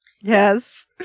Yes